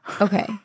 Okay